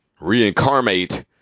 Reincarnate